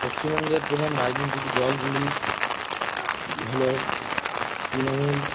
পশ্চিমবঙ্গের প্রধান রাজনৈতিক দলগুলি হলো তৃণমূল